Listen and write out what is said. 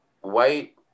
white